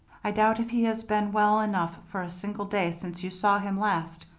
i doubt if he has been well enough, for a single day since you saw him last,